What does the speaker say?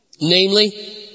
namely